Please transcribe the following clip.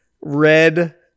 Red